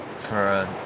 for